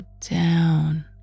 down